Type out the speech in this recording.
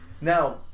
now